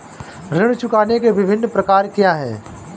ऋण चुकाने के विभिन्न प्रकार क्या हैं?